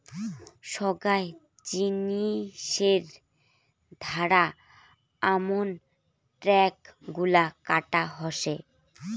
সোগায় জিনিসের ধারা আমন ট্যাক্স গুলা কাটা হসে